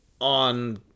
On